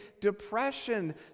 depression